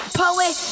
poet